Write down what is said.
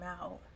out